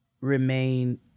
remain